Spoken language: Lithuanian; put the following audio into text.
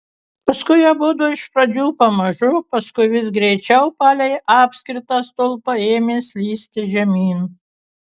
paskui abudu iš pradžių pamažu paskui vis greičiau palei apskritą stulpą ėmė slysti žemyn